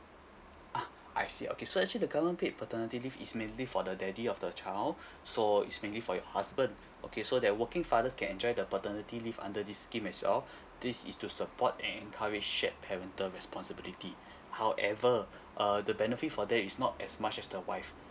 ah I see okay so actually the government paid paternity leave is mainly for the daddy of the child so it's mainly for your husband okay so that working fathers can enjoy the paternity leave under this scheme as well this is to support and encourage shared parental responsibility however uh the benefit for them is not as much as the wife